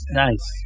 nice